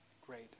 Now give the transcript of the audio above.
Great